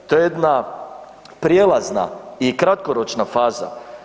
To je jedna prijelazna i kratkoročna faza.